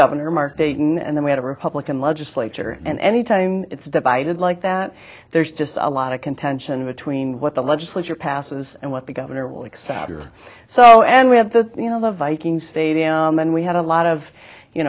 governor mark dayton and then we had a republican legislature and any time it's divided like that there's just a lot of contention between what the legislature passes and what the governor will accept or so and we have the you know the vikings stadium and we had a lot of you